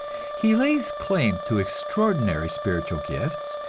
he lays claim to extraordinary spiritual gifts,